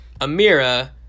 Amira